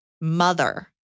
mother